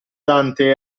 dante